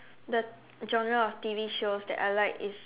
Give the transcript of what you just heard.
the genre of T_V shows that I like is